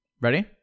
Ready